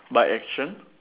by action